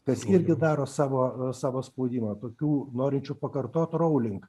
kas irgi daro savo savo spaudimą tokių norinčių pakartot rowling